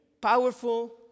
powerful